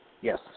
Yes